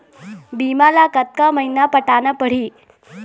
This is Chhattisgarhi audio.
बीमा ला कतका महीना पटाना पड़ही?